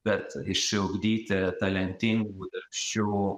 bet išugdyti talentingų darbščių